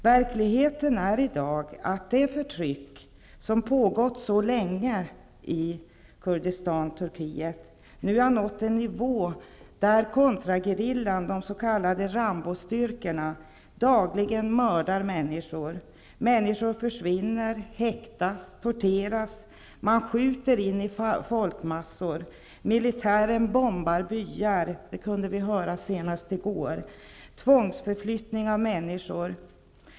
Verkligheten är i dag att det förtryck som pågått så länge i Kurdistan-Turkiet nu har nått den nivån att kontragerillan, de s.k. Rambostyrkorna dagligen mördar människor. Människor försvinner, häktas, eller torteras. Man skjuter också in i folkmassor. Militären bombar byar -- det kunde vi höra senast i går -- och tvångsförflyttar människor.